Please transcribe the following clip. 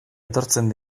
etortzen